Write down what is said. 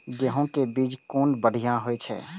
गैहू कै बीज कुन बढ़िया होय छै?